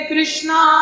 Krishna